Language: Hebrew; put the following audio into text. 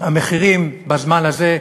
והמחירים בזמן הזה,